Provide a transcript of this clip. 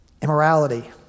Immorality